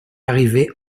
arrivée